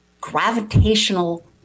gravitational